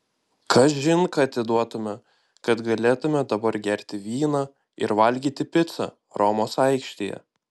kažin ką atiduotumėme kad galėtumėme dabar gerti vyną ir valgyti picą romos aikštėje